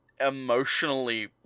emotionally